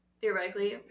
theoretically